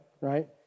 right